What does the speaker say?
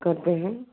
करते हैं